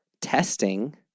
testing